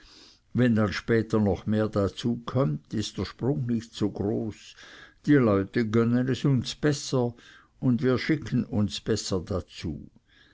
wenn dann später noch mehr dazu kömmt ist der sprung nicht so groß die leute gönnen es uns besser und wir schicken uns besser dazu